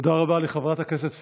תודה רבה לחברת הכנסת פרידמן.